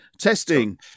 Testing